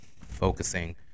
focusing